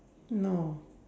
no